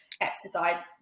exercise